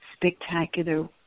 Spectacular